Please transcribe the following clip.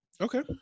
Okay